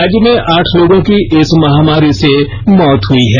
राज्य में आठ लोगों की इस महामारी से मौत हई है